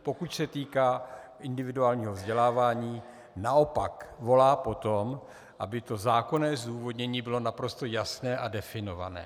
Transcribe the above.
Pokud se týká individuálního vzdělávání, naopak volá po tom, aby zákonné zdůvodnění bylo naprosto jasné a definované.